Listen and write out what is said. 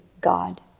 God